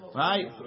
right